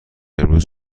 امروز